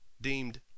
deemed